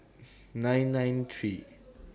nine nine three